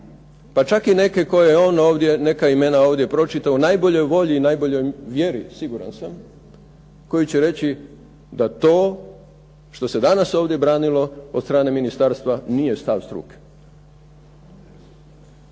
pa čak i neke koje je on ovdje, neka imena ovdje pročitao, u najboljoj volji i najboljoj vjeri siguran sam, koji će reći da to što se danas ovdje branilo od strane ministarstva nije stav struke.